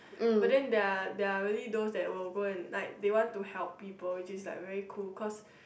but then they are they are really those that will go and like they want to help people which it's like very cool cause